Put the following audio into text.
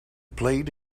played